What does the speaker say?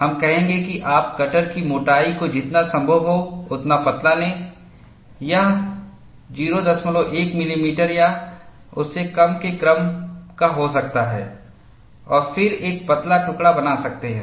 हम कहेंगे कि आप कटर की मोटाई को जितना संभव हो उतना पतला लें यह 01 मिलीमीटर या उससे कम के क्रम का हो सकता है और फिर एक पतला टुकड़ा बना सकते हैं